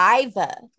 Iva